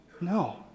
No